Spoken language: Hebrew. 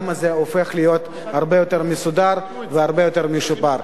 הזה הופך להיות הרבה יותר מסודר והרבה יותר משופר.